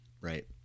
right